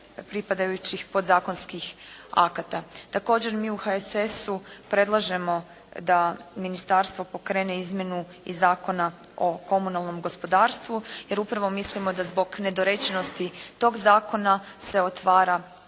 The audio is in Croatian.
pripadajućih podzakonskih akata. Također, mi u HSS-u predlažemo da ministarstvo pokrene izmjenu i Zakona o komunalnom gospodarstvu jer upravo mislimo da zbog nedorečenosti tog zakona se otvara prostor